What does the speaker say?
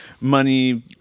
money